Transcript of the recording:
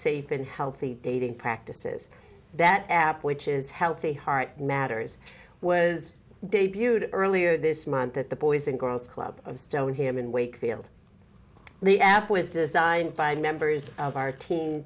safe and healthy dating practices that app which is healthy heart matters was debuted earlier this month that the boys and girls club of stone him in wakefield the app was designed by members of our team